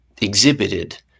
exhibited